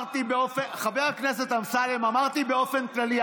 חבר הכנסת אמסלם, אמרתי באופן כללי.